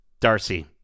Darcy